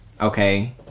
okay